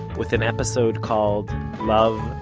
with an episode called love,